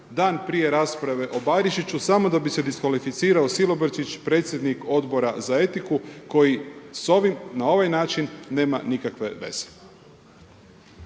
dan prije rasprave o Barišiću samo da bi se diskvalificirao Silobrčić predsjednik Odbora za etiku koji s ovim, na ovaj način nema nikakve veze.